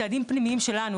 צעדים פנימיים שלנו,